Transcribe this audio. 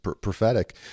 prophetic